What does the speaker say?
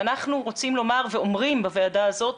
ואנחנו רוצים לומר ואומרים בוועדה הזאת,